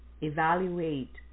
evaluate